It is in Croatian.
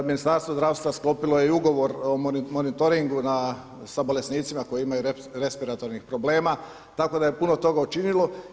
Ministarstvo zdravstva sklopilo je ugovor o monitoringu sa bolesnicima koji imaju respiratornih problema, tako da je puno toga učinilo.